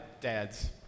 dads